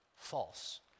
false